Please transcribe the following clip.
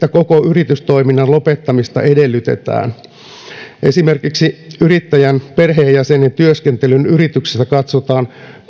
yritystoiminnan lopettamista edellytetään edellä mainitun yrittäjän perheenjäsenen työskentelyn yrityksessä katsotaan